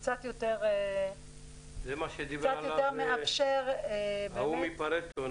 זה מה שדיבר עליו הנציג מפארטו.